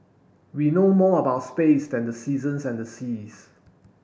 we know more about space than the seasons and the seas